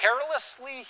carelessly